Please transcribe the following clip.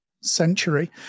century